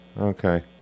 okay